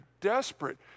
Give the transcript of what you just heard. desperate